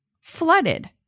flooded